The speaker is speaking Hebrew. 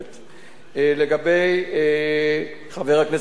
לגבי חבר הכנסת בן-ארי,